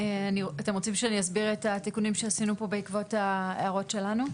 אתם רוצים שאני אסביר את התיקונים שעשינו פה בעקבות ההערות שלנו?